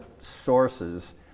sources